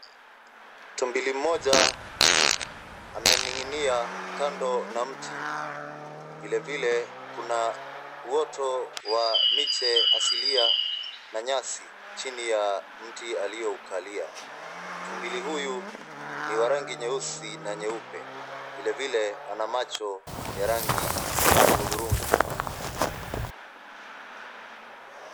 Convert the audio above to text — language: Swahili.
Tumbili moja aning'inia kando na mti. Vilevile kuna uoto wa miche asilia na nyasi chini ya mti aliyoukalia. Tumbili huyu ni wa rangi nyeusi na nyeupe. Vilevile ana macho ya rangi ya hudhurungi.